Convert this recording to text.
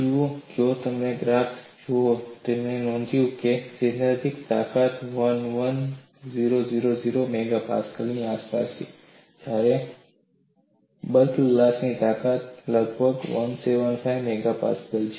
જુઓ જો તમે ગ્રાફ જુઓ તો અમે નોંધ્યું છે કે સૈદ્ધાંતિક તાકાત 11000 MPa ની આસપાસ છે જ્યારે બલ્ક ગ્લાસની તાકાત લગભગ 175 MPa છે